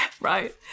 right